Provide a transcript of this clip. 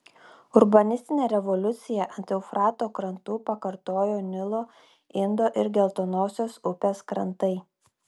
urbanistinę revoliuciją ant eufrato krantų pakartojo nilo indo ir geltonosios upės krantai